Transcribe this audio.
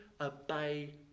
obey